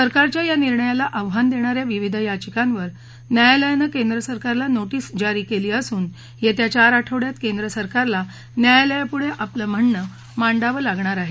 सरकारच्या या निर्णयाला आव्हांन देणा या विविध याचिकांवर न्यायालयानं केंद्रसरकारला नोटीस जारी केली असून येत्या चार आठवडयात केंद्र सरकारला न्यायालयापुढं आपलं म्हणणं मांडावं लागणार आहे